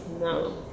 no